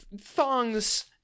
Thongs